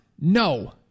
no